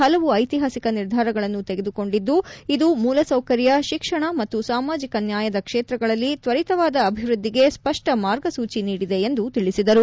ಹಲವು ಐತಿಹಾಸಿಕ ನಿರ್ಧಾರಗಳನ್ನು ತೆಗೆದುಕೊಂಡಿದ್ಲು ಇದು ಮೂಲಸೌಕರ್ಯ ಶಿಕ್ಷಣ ಮತ್ತು ಸಾಮಾಜಿಕ ನ್ಯಾಯದ ಕ್ಷೇತ್ರಗಳಲ್ಲಿ ತ್ವರಿತವಾದ ಅಭಿವೃದ್ದಿಗೆ ಸ್ಪಷ್ಟ ಮಾರ್ಗಸೂಚಿ ನೀಡಿದೆ ಎಂದು ತಿಳಿಸಿದರು